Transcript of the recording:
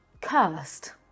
cursed